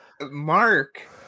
Mark